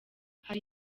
hari